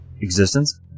existence